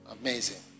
Amazing